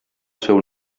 seu